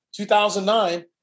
2009